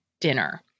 dinner